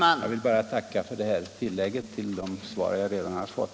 Fru talman! Jag vill bara tacka för dessa klargörande tillägg till de svar jag redan har fått.